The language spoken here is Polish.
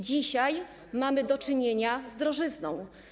Dzisiaj mamy do czynienia z drożyzną.